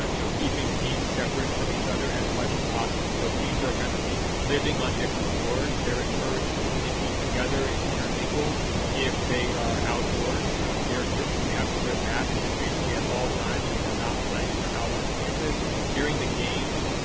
ah you know, keeping teams separate from each other as much as possible. so teams are kind of living on different floors. they're encouraged to only eat together and intermingle if they are outdoors um there. they have to wear masks basically at all times when they're not playing and they're out on campus during the games.